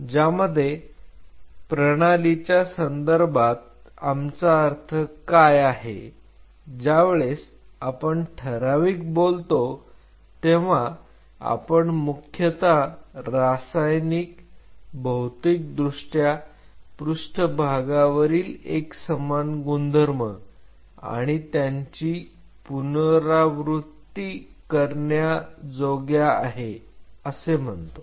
ज्यामध्ये प्रणालीच्या संदर्भात आमचा अर्थ काय आहे ज्यावेळेस आपण ठराविक बोलतो तेव्हा आपण मुख्यतः रासायनिक भौतिकदृष्ट्या पृष्ठभागावरील एकसमान गुणधर्म आणि त्यांची पुनरावृत्ती करण्याजोग्या आहे असे म्हणतो